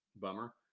Bummer